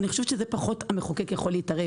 אני חושבת שבזה המחוקק פחות יכול להתערב.